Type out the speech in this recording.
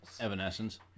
Evanescence